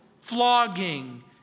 flogging